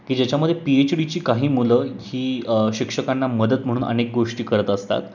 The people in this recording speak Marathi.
की ज्याच्यामध्ये पीएच डीची काही मुलं ही शिक्षकांना मदत म्हणून अनेक गोष्टी करत असतात